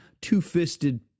two-fisted